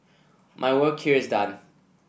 my work here is done